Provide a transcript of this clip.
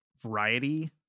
variety